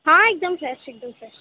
ہاں ایک دم فریش ایک دم فریش